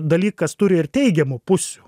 dalykas turi ir teigiamų pusių